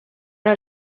ara